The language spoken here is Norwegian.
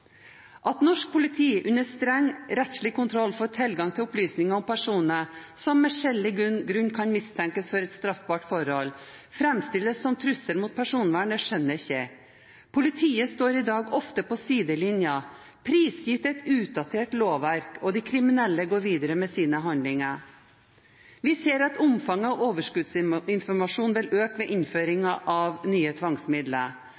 at det framstilles som en trussel mot personvernet at norsk politi, under streng rettslig kontroll, får tilgang til opplysninger om personer som med skjellig grunn kan mistenkes for et straffbart forhold. Politiet står i dag ofte på sidelinjen, prisgitt et utdatert lovverk, og de kriminelle går videre med sine handlinger. Vi ser at omfanget av overskuddsinformasjon vil øke ved